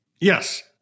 Yes